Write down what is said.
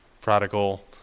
prodigal